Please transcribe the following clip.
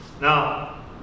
Now